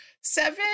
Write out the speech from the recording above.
Seven